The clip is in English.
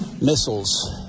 missiles